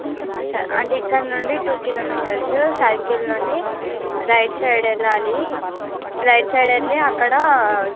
okay sir అంటే ఇక్కడ నుండి టూ కిలోమీటర్సు సైకిల్ నుండి రైట్ సైడ్ వెళ్ళాలి రైట్ సైడ్ వెళ్ళి అక్కడ